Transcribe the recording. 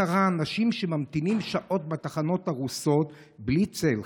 ראתה השרה אנשים שממתינים שעות בתחנות הרוסות בלי צל,